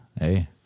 Hey